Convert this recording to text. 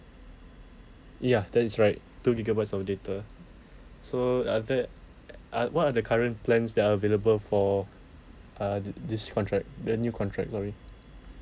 ya that is right two gigabytes of data so are that ah what are the current plans that are available for uh th~ this contract the new contract sorry